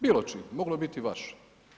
Bilo čijim, moglo je biti i vaše.